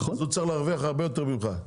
אז הוא צריך להרוויח הרבה יותר ממך,